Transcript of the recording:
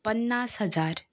पन्नास हजार